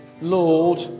Lord